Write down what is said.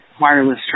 wireless